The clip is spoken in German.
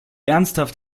ernsthaft